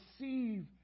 receive